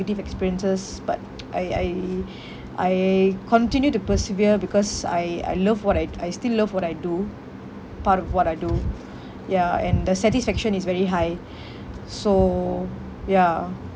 negative experiences but I I I continue to persevere because I I love what I I still love what I do part of what I do ya and the satisfaction is very high so ya